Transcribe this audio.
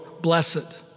blessed